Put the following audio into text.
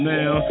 Now